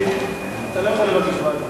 נסים, אתה לא יכול לבקש ועדה.